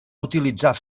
utilitzar